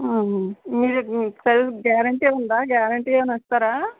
ఆహా మీరు service guarantee ఉందా గ్యారెంటీ ఏమైనా ఇస్తారా